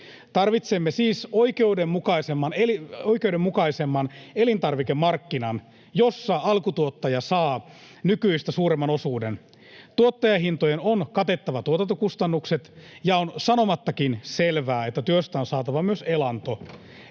Tarvitsemme siis oikeudenmukaisemman elintarvikemarkkinan, jossa alkutuottaja saa nykyistä suuremman osuuden. Tuottajahintojen on katettava tuotantokustannukset, ja on sanomattakin selvää, että työstä on saatava myös elanto.